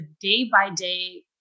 day-by-day